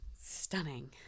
Stunning